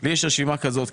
יש לי רשימה כזאת,